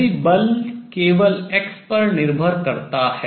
यदि बल केवल x पर निर्भर करता है